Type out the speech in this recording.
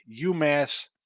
UMass